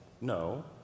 No